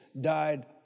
died